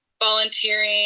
volunteering